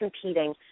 competing